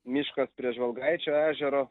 miškas prie žvalgaičio ežero